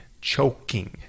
Choking